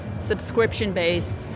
Subscription-based